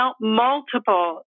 multiple